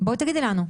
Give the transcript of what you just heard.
בואי תגידי לנו.